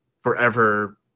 forever